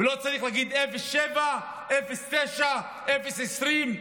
ולא צריך להגיד 07, 09, 020,